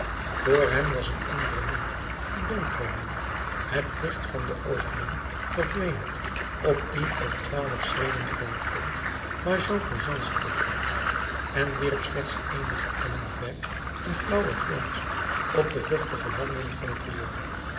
vr hem was een andere muur een donkere muur het licht van de opening verdween op tien of twaalf schreden van het punt waar jean valjean zich bevond en wierp slechts eenige ellen ver een flauwen glans op de vochtige wanden van het riool